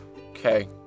Okay